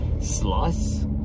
slice